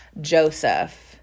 Joseph